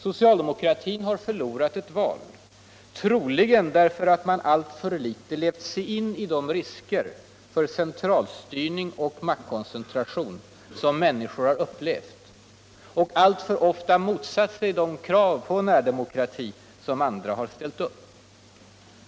Socialdemokravun har förloörat eut val, troligen därför att man alltför litet har levt sig in i de risker för centralstyrning och maktkoncentration som människor har upplevt och alltför ofta mot satt sig de krav på närdemokrati som andra partier har ställt upp.